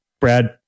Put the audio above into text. Brad